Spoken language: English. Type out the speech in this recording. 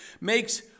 makes